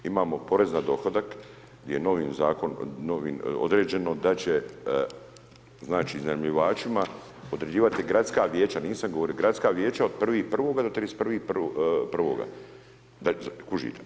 Imamo porez na dohodak gdje je novim zakonom određeno da će znači iznajmljivačima određivati gradska vijeća, nisam govorio, gradska vijeća od 1.1. do 31.1. kužite?